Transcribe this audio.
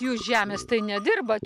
jūs žemės tai nedirbat